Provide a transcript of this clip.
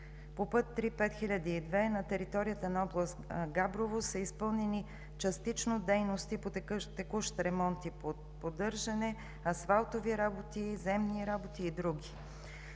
по път III-5002 на територията на област Габрово са изпълнени частично дейности по текущ ремонт и поддържане, асфалтови работи, земни работи и други.